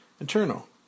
Internal